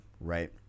right